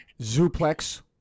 Zuplex